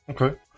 Okay